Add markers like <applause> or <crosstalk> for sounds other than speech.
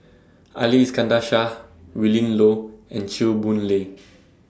Ali Iskandar Shah Willin Low and Chew Boon Lay <noise> <noise>